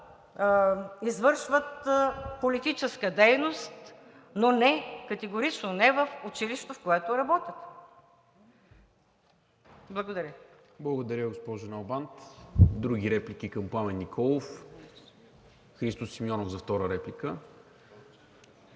извършват политическа дейност, но категорично не в училището, в което работят. Благодаря. ПРЕДСЕДАТЕЛ НИКОЛА МИНЧЕВ: Благодаря, госпожо Налбант. Други реплики към Пламен Николов? Христо Симеонов – за втора реплика.